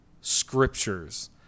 scriptures